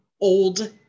old